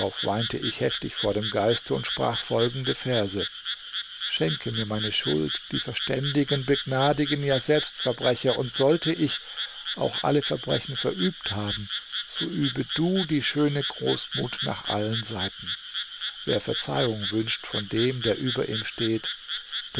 weinte ich heftig vor dem geiste und sprach folgende verse schenke mir meine schuld die verständigen begnadigen ja selbst verbrecher und sollte ich auch alle verbrechen verübt haben so übe du die schöne großmut nach allen seiten wer verzeihung wünscht von dem der über ihm steht